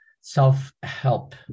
self-help